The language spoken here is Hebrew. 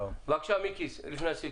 בבקשה, מיקי, לפני הסיכום.